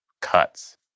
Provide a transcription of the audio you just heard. cuts